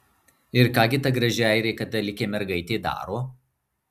ir ką gi ta graži airė katalikė mergaitė daro